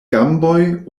gamboj